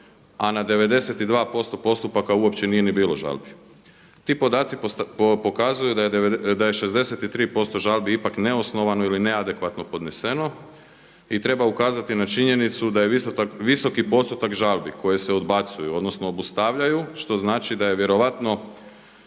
a na 92% postupaka uopće nije ni bilo žalbi. Ti podaci pokazuju da je 63% žalbi ipak neosnovano ili neadekvatno podneseno i treba ukazati na činjenicu da je visoki postotak žalbi koje se odbacuju odnosno obustavljaju što znači da je vjerojatno